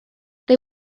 they